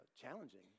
challenging